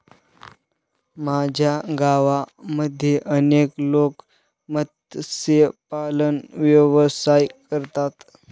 माझ्या गावामध्ये अनेक लोक मत्स्यपालन व्यवसाय करतात